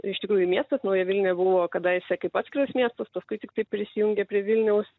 iš tikrųjų miestas nauja vilnia buvo kadaise kaip atskiras miestas paskui tiktai prisijungė prie vilniaus